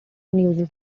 unusual